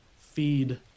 feed